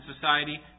society